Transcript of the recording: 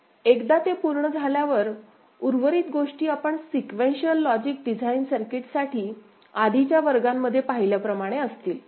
एकदा ते पूर्ण झाल्यावर उर्वरित गोष्टी आपण सिक्वेशिअल लॉजिक डिझाइन सर्किटसाठी आधीच्या वर्गांमध्ये पाहिल्याप्रमाणे असतील